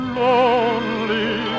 lonely